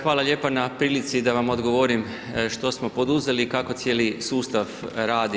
Hvala lijepo na prilici da vam odgovorim što smo poduzeli i kako cijeli sustav radi.